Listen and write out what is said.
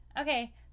Okay